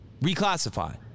Reclassify